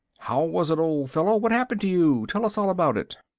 how was it, old fellow? what happened to you? tell us all about it.